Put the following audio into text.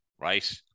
Right